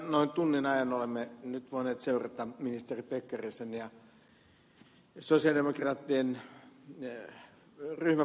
noin tunnin ajan olemme nyt voineet seurata ministeri pekkarisen ja sosialidemokraattien ryhmäpuheenjohtajan ed